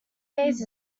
days